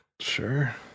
Sure